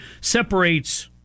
separates